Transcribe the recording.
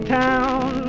town